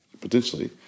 potentially